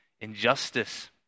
injustice